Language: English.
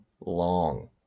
long